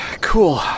Cool